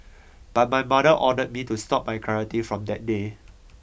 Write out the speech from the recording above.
but my mother ordered me to stop my karate from that day